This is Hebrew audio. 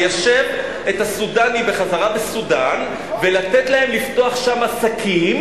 ליישב את הסודנים בחזרה בסודן ולתת להם לפתוח שם עסקים,